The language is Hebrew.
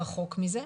רחוק מזה.